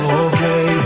okay